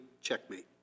checkmate